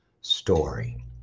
story